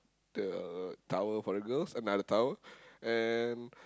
the tower for the girls another tower and